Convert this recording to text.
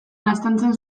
laztantzen